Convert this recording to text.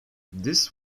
this